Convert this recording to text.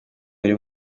buri